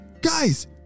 guys